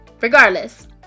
regardless